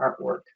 artwork